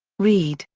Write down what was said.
reid,